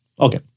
okay